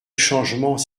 changement